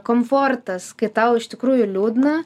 komfortas kai tau iš tikrųjų liūdna